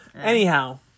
Anyhow